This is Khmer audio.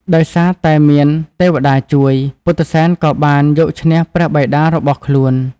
ដោយសារតែមានទេវតាជួយ ពុទ្ធិសែនក៏បានយកឈ្នះព្រះបិតារបស់ខ្លួន។